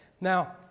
Now